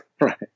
Right